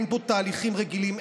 אין פה תהליכים רגילים,